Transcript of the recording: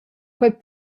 quei